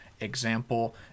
example